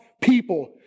people